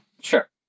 Sure